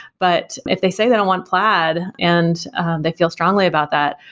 but if they say that i want plaid and they feel strongly about that,